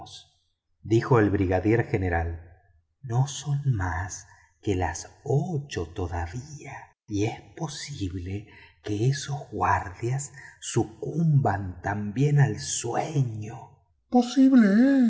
dijo el brigadier general no son mas que las ocho todavía y es posible que esos guardias sucumban también al sueño posible